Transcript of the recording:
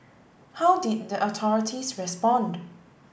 how did the authorities respond